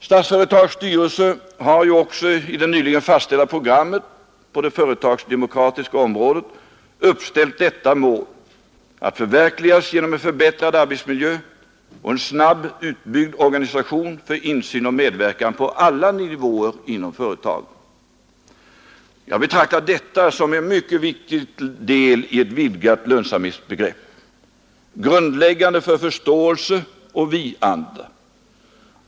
Statsföretags styrelse har ju också i det nyligen fastställda programmet på det företagsdemokratiska området uppställt detta mål, att förverkligas genom en förbättrad arbetsmiljö och en snabbt utbyggd organisation för insyn och medverkan på alla nivåer inom företaget. Jag betraktar detta som en mycket viktig del i ett vidgat lönsamhetsbegrepp, grundläggande för förståelse och vi-anda.